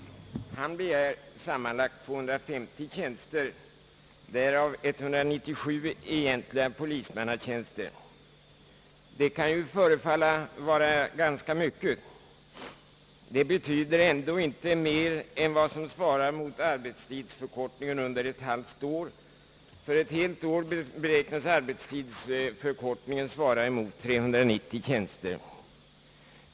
Han begär sammanlagt 250 tjänster, varav 197 egentliga polismannatjänster. Det kan förefalla ganska mycket, men svarar endast mot arbetstidsförkortningen under ett halvt år. För helt år beräknas arbetstidsförkortningen svara mot 390 tjänster.